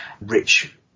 rich